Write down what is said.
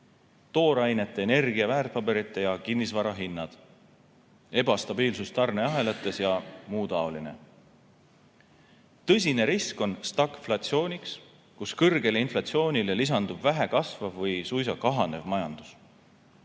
toorainete, energia, väärtpaberite ja kinnisvara hinnad; ebastabiilsus tarneahelates jms. Tõsine risk on stagflatsioon, kus kõrgele inflatsioonile lisandub vähe kasvav või suisa kahanev majandus.